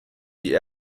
die